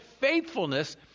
faithfulness